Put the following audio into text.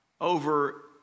over